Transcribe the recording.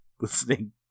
listening